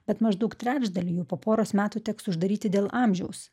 bet maždaug trečdalį jų po poros metų teks uždaryti dėl amžiaus